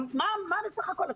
מה בסך הכול רוצים?